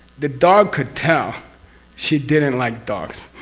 the dog could tell she didn't like dogs.